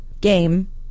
game